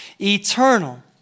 eternal